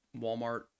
walmart